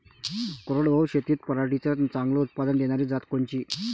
कोरडवाहू शेतीत पराटीचं चांगलं उत्पादन देनारी जात कोनची?